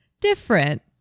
different